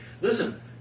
Listen